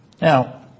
Now